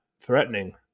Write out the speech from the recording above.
threatening